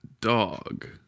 dog